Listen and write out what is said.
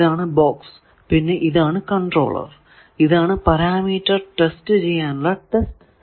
ഇതാണ് ബോക്സ് പിന്നെ ഇതാണ് കൺട്രോളർ ഇതാണ് പാരാമീറ്റർ ടെസ്റ്റ് ചെയ്യാനുള്ള ടെസ്റ്റ് സെറ്റ്